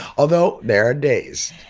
although there are days.